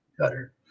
cutter